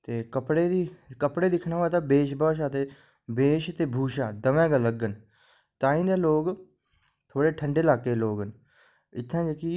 ते कपड़े बी कपड़े दिक्खने होन ते वेश भूषा बी वेश ते भूषा दमैं गै अलग न ताहीं दे लोग थोह्ड़े ठंडे ल्हाके दे लोग न इत्थें जेह्की